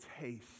taste